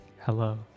Hello